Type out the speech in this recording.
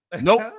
Nope